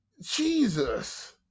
Jesus